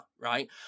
right